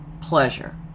pleasure